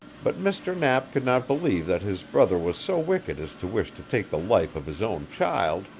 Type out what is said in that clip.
but mr. knapp could not believe that his brother was so wicked as to wish to take the life of his own child,